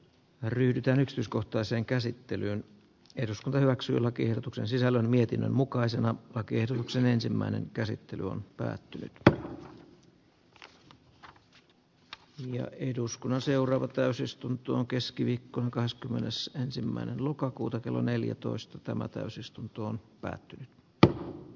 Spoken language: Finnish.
ryhdytään yksityiskohtaisen käsittelyn eduskunta hyväksyi lakiehdotuksen sisällön mietinnön mukaisena lakiehdotuksen ensimmäinen käsittely on ja eduskunnan seuraava täysistuntoon keskiviikkona kahdeskymmenesensimmäinen lokakuuta kello neljätoista tämä sitä nyt pannaan täytäntöön